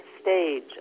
stage